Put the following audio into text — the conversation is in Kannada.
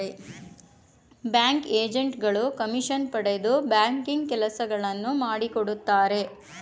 ಬ್ಯಾಂಕ್ ಏಜೆಂಟ್ ಗಳು ಕಮಿಷನ್ ಪಡೆದು ಬ್ಯಾಂಕಿಂಗ್ ಕೆಲಸಗಳನ್ನು ಮಾಡಿಕೊಡುತ್ತಾರೆ